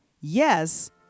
yes